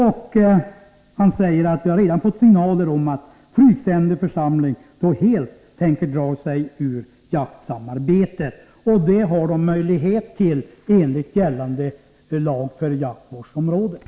Arvid Olsson säger i artikeln: Vi har redan fått signaler om att Fryksände församling då helt tänker dra sig ur jaktsamarbetet. Det har man möjlighet till enligt gällande lag för jaktvårdsområden.